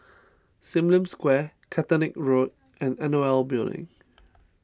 Sim Lim Square Caterick Road and N O L Building